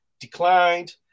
declined